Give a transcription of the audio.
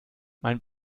mein